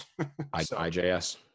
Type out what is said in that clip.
IJS